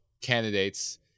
candidates